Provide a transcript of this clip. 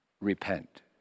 Repent